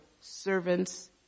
servants